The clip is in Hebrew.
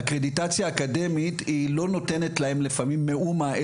הקרדיטציה האקדמית היא לא נותנת להם לפעמים מאומה,